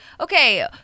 okay